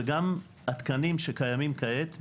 וגם התקנים שקיימים כעת,